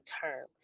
term